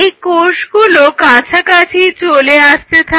এই কোষগুলো কাছাকাছি চলে আসতে থাকে